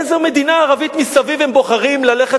לאיזה מדינה ערבית מסביב הם בוחרים ללכת